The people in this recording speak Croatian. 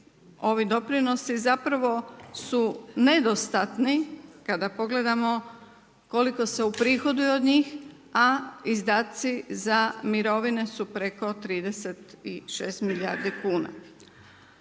ovi doprinosi zapravo su nedostatni kada pogledamo koliko se uprihoduju od njih a izdaci za mirovine su preko 36 milijardi kuna.